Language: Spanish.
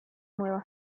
nueva